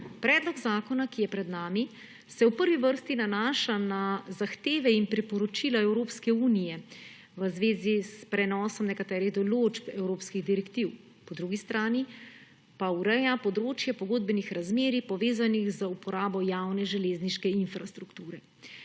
Predlog zakona, ki je pred nami, se v prvi vrsti nanaša na zahteve in priporočila Evropske unije v zvezi s prenosom nekaterih določb evropskih direktiv, po drugi strani pa ureja področje pogodbenih razmerij, povezanih z uporabo javne železniške infrastrukture.